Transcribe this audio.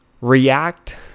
react